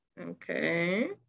Okay